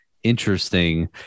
interesting